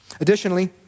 Additionally